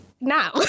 now